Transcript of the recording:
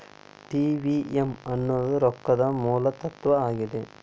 TVM ಅನ್ನೋದ್ ರೊಕ್ಕದ ಮೂಲ ತತ್ವ ಆಗ್ಯಾದ